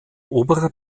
oberer